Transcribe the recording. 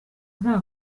nta